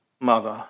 mother